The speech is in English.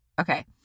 Okay